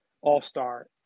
all-star